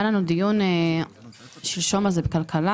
שלשום היה לנו דיון בוועדת הכלכלה.